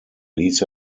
ließ